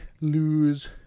lose